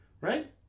right